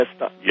Yes